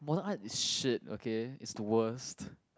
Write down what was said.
modern art is shit okay is the worst